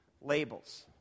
labels